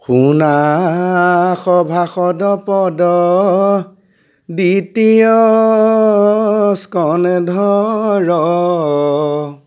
শুনা সভাসদ পদ দ্বিতীয় স্কন্ধৰ